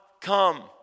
come